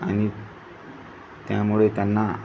आणि त्यामुळे त्यांना